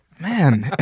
man